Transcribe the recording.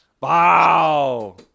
Wow